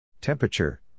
Temperature